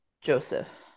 Joseph